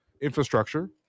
infrastructure